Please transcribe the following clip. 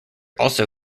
also